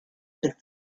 but